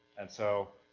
and so